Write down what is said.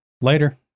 Later